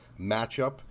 matchup